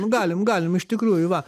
galim galim iš tikrųjų va